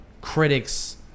critics